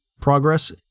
progress